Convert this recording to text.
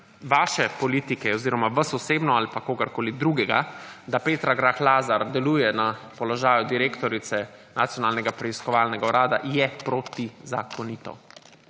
vaše politike oziroma vas osebno ali pa kogarkoli drugega, da Petra Grah Lazar deluje na položaju direktorice Nacionalnega preiskovalnega urada, je protizakonito.